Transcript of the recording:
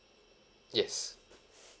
yes